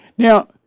Now